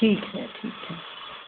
ठीक है ठीक है